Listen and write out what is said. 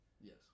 Yes